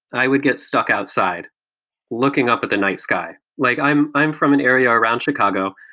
i would get stuck outside looking up at the night sky. like i'm i'm from an area around chicago,